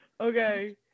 Okay